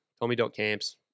Tommy.camps